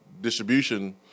distribution